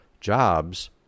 jobs